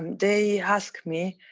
um they asked me,